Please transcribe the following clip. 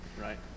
right